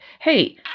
hey